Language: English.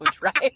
right